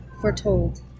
foretold